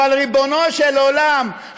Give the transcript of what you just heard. אבל ריבונו של עולם,